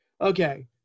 Okay